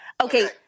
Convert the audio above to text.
Okay